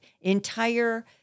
entire